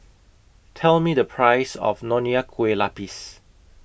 Tell Me The Price of Nonya Kueh Lapis